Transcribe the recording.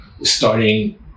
starting